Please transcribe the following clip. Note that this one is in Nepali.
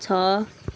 छ